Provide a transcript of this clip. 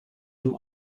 dem